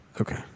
Okay